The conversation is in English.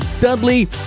Dudley